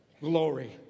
glory